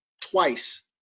twice